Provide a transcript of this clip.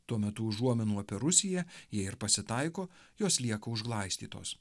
tuo metu užuominų apie rusiją jei ir pasitaiko jos lieka užglaistytos